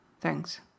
thanks